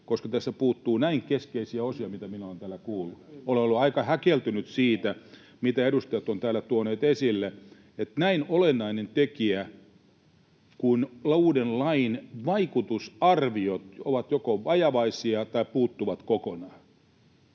koska tästä puuttuu näin keskeisiä osia, mitä minä olen täällä kuullut. Olen ollut aika häkeltynyt siitä, mitä edustajat ovat täällä tuoneet esille: näin olennainen tekijä kuin uuden lain vaikutusarviot — ne ovat joko vajavaisia tai puuttuvat kokonaan.